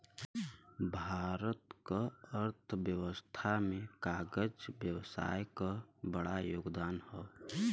भारत क अर्थव्यवस्था में कागज व्यवसाय क बड़ा योगदान हौ